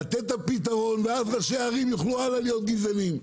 לתת את הפתרון ואז ראשי הערים יוכלו הלאה להיות גזענים.